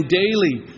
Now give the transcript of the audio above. daily